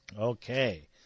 Okay